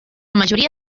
majoria